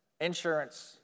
insurance